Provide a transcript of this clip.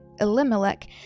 Elimelech